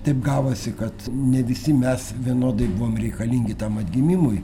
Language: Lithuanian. taip gavosi kad ne visi mes vienodai buvom reikalingi tam atgimimui